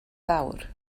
fawr